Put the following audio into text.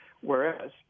Whereas